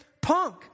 punk